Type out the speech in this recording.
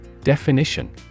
Definition